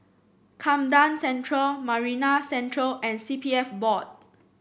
Camden Central Marina Central and C P F Board